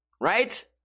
right